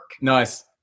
Nice